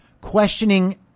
questioning